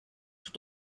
tout